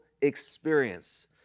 experience